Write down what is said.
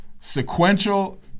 sequential